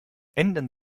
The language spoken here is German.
ändern